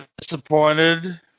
disappointed